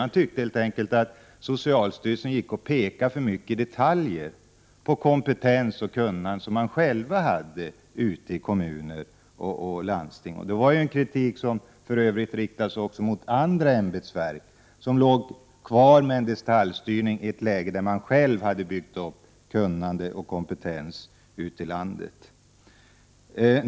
Man tyckte helt enkelt att socialstyrelsen petade för mycket i detaljer på områden där kommuner och landsting själva hade kompetens och kunnande. Det var en kritik som för övrigt riktades mot andra ämbetsverk som låg kvar med detaljstyrning i ett läge där man själv hade byggt upp kunnande och kompetens ute i landet.